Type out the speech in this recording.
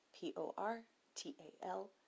P-O-R-T-A-L